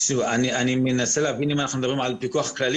אני מנסה להבין אם אנחנו מדברים על פיקוח כללי